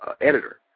editor